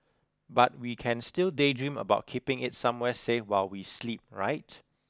but we can still daydream about keeping it somewhere safe while we sleep right